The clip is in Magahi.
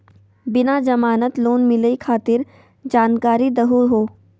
बिना जमानत लोन मिलई खातिर जानकारी दहु हो?